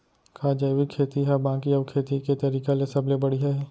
का जैविक खेती हा बाकी अऊ खेती के तरीका ले सबले बढ़िया हे?